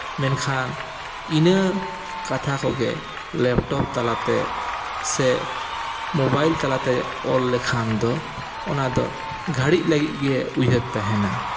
ᱢᱮᱱᱠᱷᱟᱱ ᱤᱱᱟᱹ ᱠᱟᱛᱷᱟ ᱠᱚᱜᱮ ᱞᱮᱯᱴᱚᱯ ᱛᱟᱞᱟᱛᱮ ᱥᱮ ᱢᱳᱵᱟᱭᱤᱞ ᱛᱟᱞᱟᱛᱮ ᱚᱞ ᱞᱮᱠᱷᱟᱱ ᱫᱚ ᱚᱱᱟᱫᱚ ᱜᱷᱟᱹᱲᱤᱡ ᱞᱟᱹᱜᱤᱫ ᱜᱮ ᱩᱭᱦᱟᱹᱨ ᱛᱟᱦᱮᱱᱟ